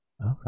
Okay